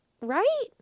right